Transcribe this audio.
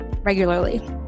regularly